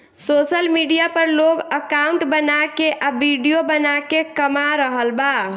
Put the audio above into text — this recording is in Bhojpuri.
सोशल मीडिया पर लोग अकाउंट बना के आ विडिओ बना के कमा रहल बा